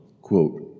Quote